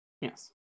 Yes